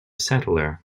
settler